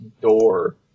door